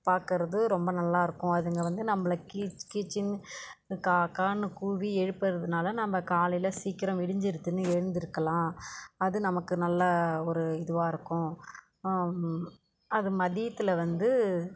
பார்க்கறது ரொம்ப நல்லாயிருக்கும் அதுங்க வந்து நம்மள கீச்கீச்ன்னு காகான்னு கூவி எழுப்புறதுனால நம்ம காலையில் சீக்கிரம் விடிஞ்சிருக்குன்னு எழுந்திருக்கலாம் அது நமக்கு நல்ல ஒரு இதுவாக இருக்கும் அது மதியத்தில் வந்து